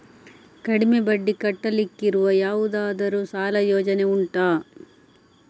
ಕಡಿಮೆ ಬಡ್ಡಿ ಕಟ್ಟಲಿಕ್ಕಿರುವ ಯಾವುದಾದರೂ ಸಾಲ ಯೋಜನೆ ಉಂಟಾ